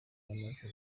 yamaze